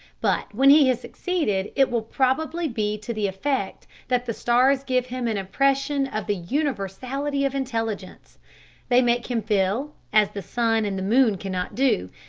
but when he has succeeded it will probably be to the effect that the stars give him an impression of the universality of intelligence they make him feel, as the sun and the moon cannot do,